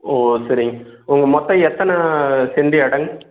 ஓ சரிங்க உங்கள் மொத்தம் எத்தனை செண்டு இடங்க